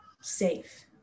safe